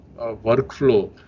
workflow